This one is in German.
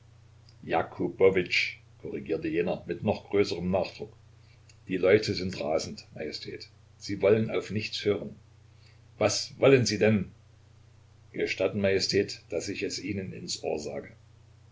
jener mit noch größerem nachdruck die leute sind rasend majestät sie wollen auf nichts hören was wollen sie denn gestatten majestät daß ich es ihnen ins ohr sage